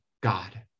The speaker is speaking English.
God